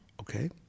okay